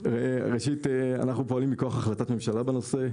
ראשית, אנחנו פועלים מכוח החלטת ממשלה בנושא.